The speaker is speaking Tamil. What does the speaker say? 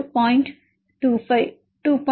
55